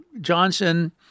Johnson